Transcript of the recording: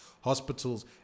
hospitals